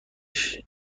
شما